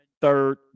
third